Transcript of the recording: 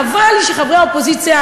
חבל לי שחברי האופוזיציה,